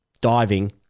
diving